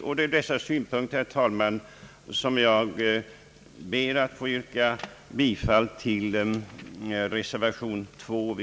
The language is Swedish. Med dessa synpunkter, herr talman, ber jag att få yrka bifall till reservation II.